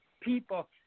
people